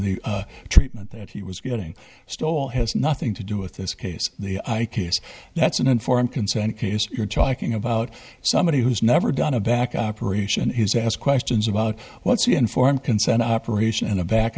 the treatment that he was getting stole has nothing to do with this case the case that's an informed consent case you're talking about somebody who's never done a back operation he was asked questions about what's the informed consent operation and a back